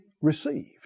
received